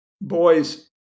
Boys